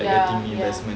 ya ya